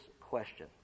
question